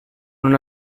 una